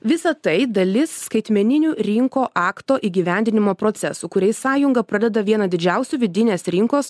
visa tai dalis skaitmeninių rinko akto įgyvendinimo procesų kuriais sąjunga pradeda vieną didžiausių vidinės rinkos